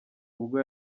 ubwo